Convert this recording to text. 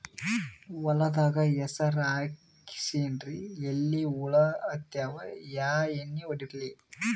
ಹೊಲದಾಗ ಹೆಸರ ಹಾಕಿನ್ರಿ, ಎಲಿ ಹುಳ ಹತ್ಯಾವ, ಯಾ ಎಣ್ಣೀ ಹೊಡಿಲಿ?